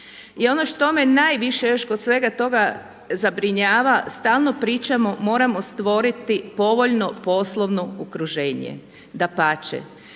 I ono što me najviše kod svega toga zabrinjava, stalno pričamo moramo stvoriti povoljno poslovno okruženje, dapače,